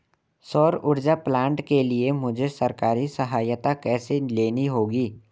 सौर ऊर्जा प्लांट के लिए मुझे सरकारी सहायता कैसे लेनी होगी?